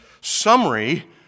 summary